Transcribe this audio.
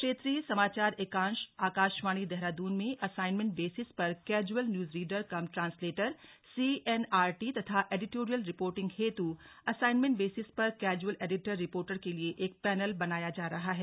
क्षेत्रीय समाचार एकांश आकाशवाणी देहरादून में असाइन्मेंट बेसिस पर casual news reader cum translator CNRT तथा एडिटोरियल रिपोर्टिंग हेतु असाइन्मेंट बेसिस पर कैजुअल एडिटर रिपोर्टर के लिए एक पैनल बनाया जा रहा है